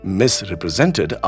misrepresented